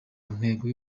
ntego